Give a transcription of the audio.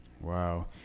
Wow